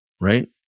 right